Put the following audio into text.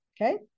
Okay